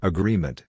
Agreement